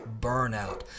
burnout